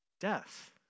Death